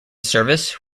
service